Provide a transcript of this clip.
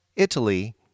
Italy